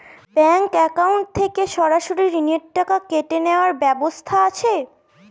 Bank account থেকে সরাসরি ঋণের টাকা কেটে নেওয়ার ব্যবস্থা আছে?